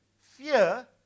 fear